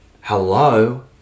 Hello